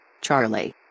Charlie